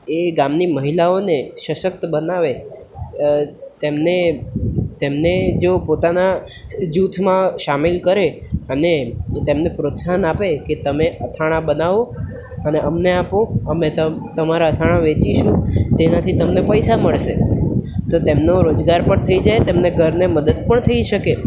એ ગામની મહિલાઓને સશક્ત બનાવે તેમને તેમને જો પોતાના જૂથમાં સામેલ કરે અને તેમને પ્રોત્સાહન આપે કે તમે અથાણાં બનાવો અને અમને આપો અમે તમારા અથાણાં વેચીશું તેનાથી તમને પૈસા મળશે તો તેમનો રોજગાર પણ થઈ જાય તેમના ઘરને મદદ પણ થઈ શકે